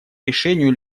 решению